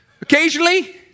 Occasionally